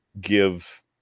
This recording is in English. give